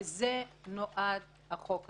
לזה נועד החוק הזה.